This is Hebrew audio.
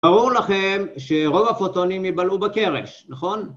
ברור לכם שרוב הפוטונים יבלעו בקרש, נכון?